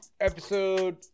episode